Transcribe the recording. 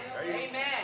Amen